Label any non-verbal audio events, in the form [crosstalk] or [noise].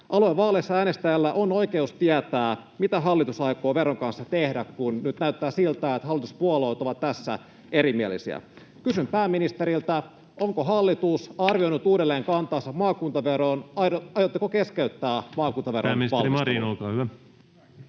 Aluevaaleissa äänestäjällä on oikeus tietää, mitä hallitus aikoo veron kanssa tehdä, kun nyt näyttää siltä, että hallituspuolueet ovat tässä erimielisiä. Kysyn pääministeriltä: Onko hallitus [noise] arvioinut uudelleen kantansa maakuntaveroon? Aiotteko keskeyttää maakuntaveron valmistelun? [Speech 66] Speaker: